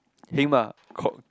him ah Kong